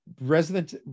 resident